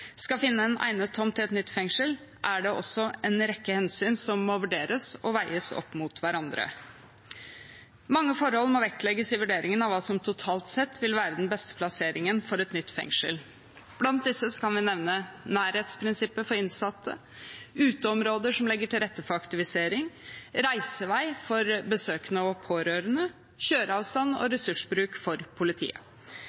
skal finne en egnet tomt til et nytt fengsel, er det også en rekke hensyn som må vurderes og veies opp mot hverandre. Mange forhold må vektlegges i vurderingen av hva som totalt sett vil være den beste plasseringen for et nytt fengsel. Blant disse kan vi nevne: nærhetsprinsippet for innsatte uteområder som legger til rette for aktivisering reisevei for besøkende og pårørende kjøreavstand og